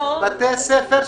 51,000 פטור, ילדים שהם פטור.